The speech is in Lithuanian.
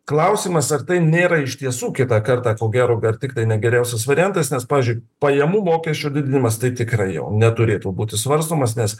klausimas ar tai nėra iš tiesų kitą kartą ko gero ar tiktai ne geriausias variantas nes pavyzdžiui pajamų mokesčio didinimas tai tikrai jau neturėtų būti svarstomas nes